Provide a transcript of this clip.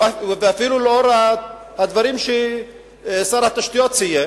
ואפילו לאור הדברים ששר התשתיות ציין,